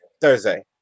Thursday